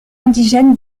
indigènes